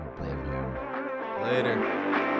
Later